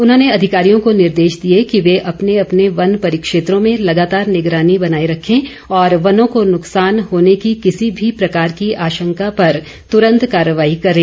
उन्होंने अधिकारियों को निर्देश दिए कि वे अपने अपने वन परिक्षेत्रों में लगातार निगरानी बनाए रखें और वनों को नुकसान होने की किसी भी प्रकार की आशंका पर तुरंत कार्यवाही करें